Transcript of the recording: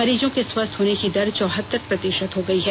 मरीजों के स्वस्थ होने की दर चौहत्तर प्रतिषत हो गयी है